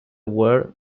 ware